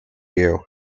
you